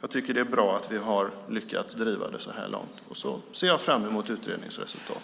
jag tycker att det är bra att vi har lyckats driva det så här långt. Jag ser fram mot utredningens resultat.